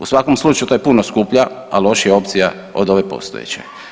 U svakom slučaju, to je puno skuplja, a lošija opcija od ove postojeće.